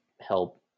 help